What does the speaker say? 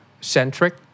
centric